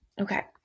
Okay